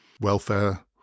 welfare